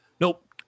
nope